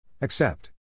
Accept